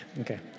Okay